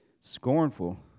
Scornful